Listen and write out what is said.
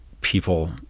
people